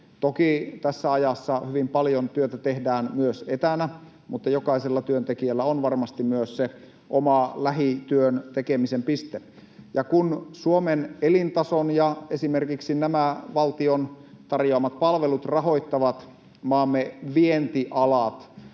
Toki tässä ajassa hyvin paljon työtä tehdään myös etänä, mutta jokaisella työntekijällä on varmasti myös se oma lähityön tekemisen piste. Ja kun Suomen elintason ja esimerkiksi nämä valtion tarjoamat palvelut rahoittavat maamme vientialat,